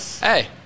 hey